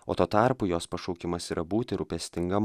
o tuo tarpu jos pašaukimas yra būti rūpestingam